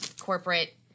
corporate